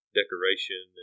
decoration